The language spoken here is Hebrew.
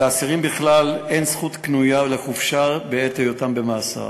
לאסירים בכלל אין זכות קנויה לחופשה בעת היותם במאסר.